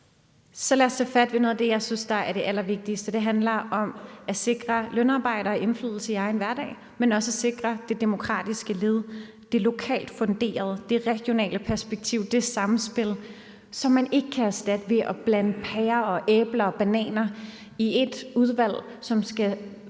Så lad os tage fat i noget af det, jeg synes er det allervigtigste. Det handler om at sikre lønarbejdere indflydelse på egen hverdag, men også at sikre det demokratiske led, det lokalt funderede, det regionale perspektiv, altså det sammenspil, som man ikke kan erstatte ved at blande pærer og æbler og bananer sammen i ét udvalg, som skal være